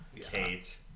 kate